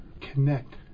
connect